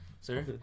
sir